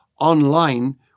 online